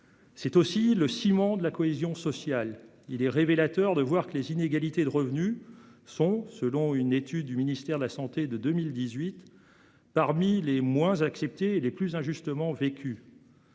c'est aussi le ciment de la cohésion sociale. Il est révélateur de voir que les inégalités de revenus sont, selon une étude du ministère de la santé de 2018, parmi celles qui sont les moins acceptées et vécues